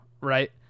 right